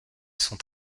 sont